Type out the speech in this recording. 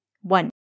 One